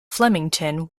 flemington